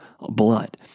blood